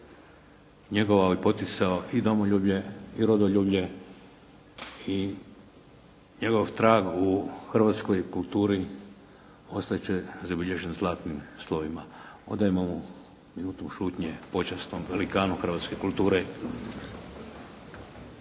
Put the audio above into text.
njegovao i poticao i domoljublje i rodoljublje i njegov trag u hrvatskoj kulturi ostat će zabilježen zlatnim slovima. Odajmo mu minutom šutnje počast, tom velikanu hrvatske kulture.